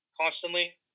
constantly